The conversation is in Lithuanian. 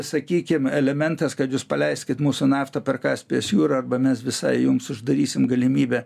sakykim elementas kad jūs paleiskit mūsų naftą per kaspijos jūrą arba mes visai jums uždarysim galimybę